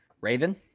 Raven